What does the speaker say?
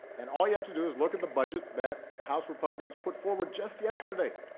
and all you have to do is look at the budget that house republicans put forward just yesterday.